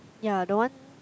ya the one